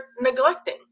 neglecting